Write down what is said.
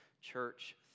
church